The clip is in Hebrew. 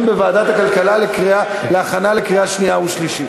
בוועדת הכלכלה להכנה לקריאה שנייה ושלישית.